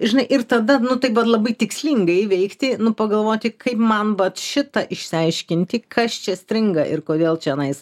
ir žinai ir tada nu taip va labai tikslingai veikti nu pagalvoti kaip man vat šitą išsiaiškinti kas čia stringa ir kodėl čianais